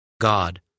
God